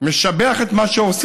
הוא משבח את מה שעושים,